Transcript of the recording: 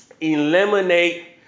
Eliminate